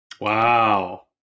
Wow